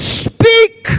speak